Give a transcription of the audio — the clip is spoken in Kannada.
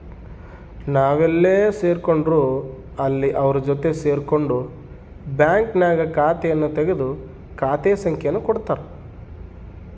ನಾವೆಲ್ಲೇ ಸೇರ್ಕೊಂಡ್ರು ಅಲ್ಲಿ ಅವರ ಜೊತೆ ಸೇರ್ಕೊಂಡು ಬ್ಯಾಂಕ್ನಾಗ ಖಾತೆಯನ್ನು ತೆಗೆದು ಖಾತೆ ಸಂಖ್ಯೆಯನ್ನು ಕೊಡುತ್ತಾರೆ